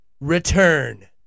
return